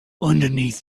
underneath